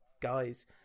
guys